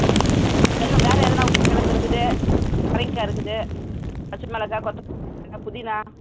ஆ சரிம்மா வேறு எதுனா உருளக்கிழங்கு இருக்குது பரங்கிக்காய் இருக்குது பச்சை மிளகா கொத்தமல்லி புதினா